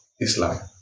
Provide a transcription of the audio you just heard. Islam